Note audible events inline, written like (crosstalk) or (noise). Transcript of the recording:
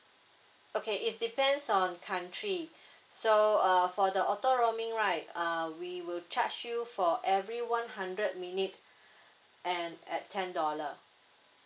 okay it depends on country (breath) so uh for the auto roaming right uh we will charge you for every one hundred minute (breath) and at ten dollar